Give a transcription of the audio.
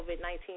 COVID-19